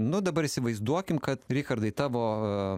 nu dabar įsivaizduokim kad richardai tavo